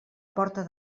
porta